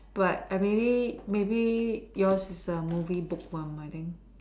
but I maybe maybe yours is a movie book one my thing